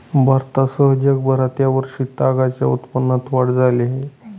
भारतासह जगभरात या वर्षी तागाच्या उत्पादनात वाढ झाली आहे